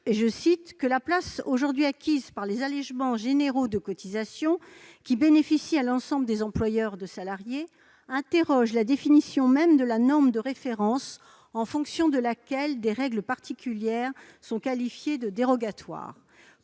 indiquent que « la place aujourd'hui acquise par les allégements généraux de cotisations qui bénéficient à l'ensemble des employeurs de salariés interroge la définition même de la norme de référence en fonction de laquelle des règles particulières sont qualifiées de dérogatoires ».